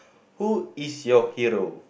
who is your hero